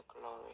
glory